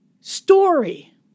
story